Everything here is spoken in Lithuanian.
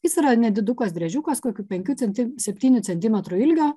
jis yra nedidukas driežiukas kokių penkių centim septynių centimetrų ilgio